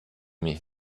mich